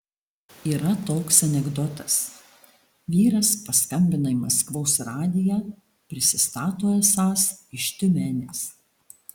yra toks anekdotas vyras paskambina į maskvos radiją prisistato esąs iš tiumenės